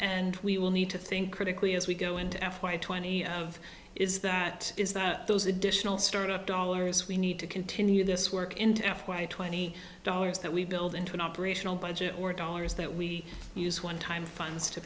and we will need to think critically as we go into f y twenty of is that is that those additional start up dollars we need to continue this work into f y twenty dollars that we build into an operational budget or dollars that we use one time funds to